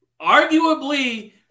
arguably